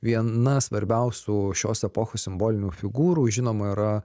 viena svarbiausių šios epochos simbolinių figūrų žinoma yra